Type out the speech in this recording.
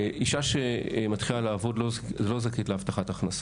אישה שמתחילה לעבוד לא זכאית להבטחת הכנסה.